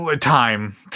Time